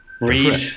read